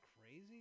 crazy